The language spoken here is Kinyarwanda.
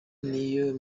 niyo